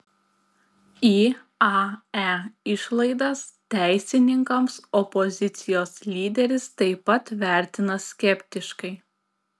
iae išlaidas teisininkams opozicijos lyderis taip pat vertina skeptiškai